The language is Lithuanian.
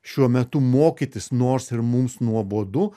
šiuo metu mokytis nors ir mums nuobodu